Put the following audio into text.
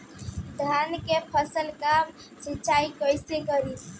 धान के फसल का सिंचाई कैसे करे?